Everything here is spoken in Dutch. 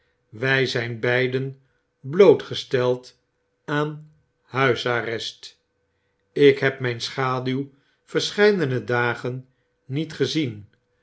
wij zijn beiden blootgesteld aan huisarrest ik heb mijn schaduw verscheidene dagen niet gezien